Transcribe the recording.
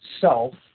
self